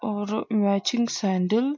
اور matching sandal